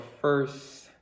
first